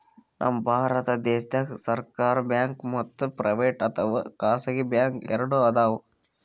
ನಮ್ ಭಾರತ ದೇಶದಾಗ್ ಸರ್ಕಾರ್ ಬ್ಯಾಂಕ್ ಮತ್ತ್ ಪ್ರೈವೇಟ್ ಅಥವಾ ಖಾಸಗಿ ಬ್ಯಾಂಕ್ ಎರಡು ಅದಾವ್